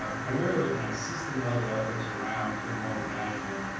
um primarily looking at system-level efforts around enrollment management.